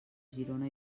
girona